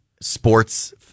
sports